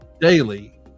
daily